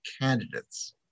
candidates